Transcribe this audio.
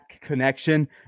Connection